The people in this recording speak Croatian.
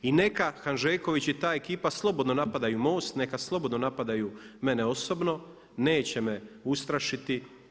I neka Hanžeković i ta ekipa slobodno napadaju MOST, neka slobodno napadaju mene osobno neće me ustrašiti.